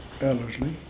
Ellerslie